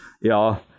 ja